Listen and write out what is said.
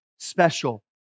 special